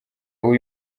uwo